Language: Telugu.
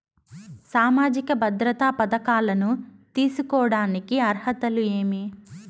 సామాజిక భద్రత పథకాలను తీసుకోడానికి అర్హతలు ఏమి?